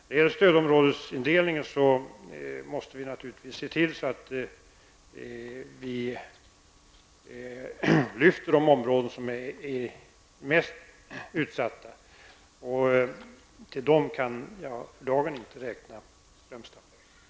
I fråga om stödområdesindelningen måste vi naturligtvis se till att vi lyfter fram de områden som är mest utsatta, och till dem kan vi för dagen inte räkna Strömstad.